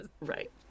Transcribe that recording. Right